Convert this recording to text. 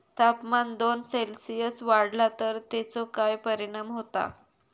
तापमान दोन सेल्सिअस वाढला तर तेचो काय परिणाम होता?